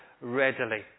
readily